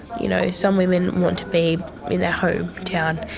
you know, some women want to be in their home town,